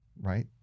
right